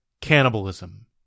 Cannibalism